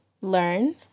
learn